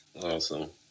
Awesome